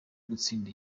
gutsinda